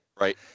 Right